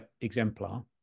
exemplar